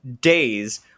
days